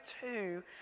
two